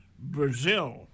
Brazil